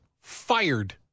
fired